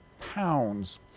pounds